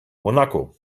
monaco